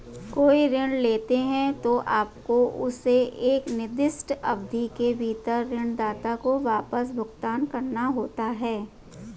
कोई ऋण लेते हैं, तो आपको उसे एक निर्दिष्ट अवधि के भीतर ऋणदाता को वापस भुगतान करना होता है